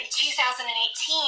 2018